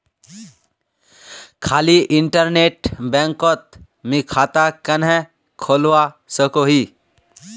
खाली इन्टरनेट बैंकोत मी खाता कन्हे खोलवा सकोही?